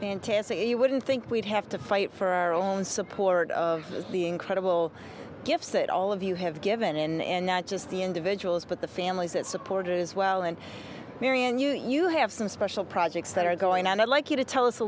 so you wouldn't think we'd have to fight for our own support of the incredible gifts that all of you have given and not just the individuals but the families that supported as well and marion you have some special projects that are going on i'd like you to